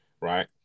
right